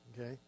Okay